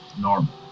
normal